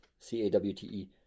C-A-W-T-E